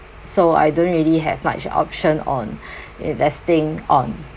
so I don't really have much option on investing on